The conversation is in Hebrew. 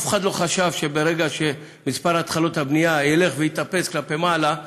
אף אחד לא חשב שברגע שמספר התחלות הבנייה ילך ויטפס כלפי מעלה,